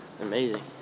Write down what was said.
Amazing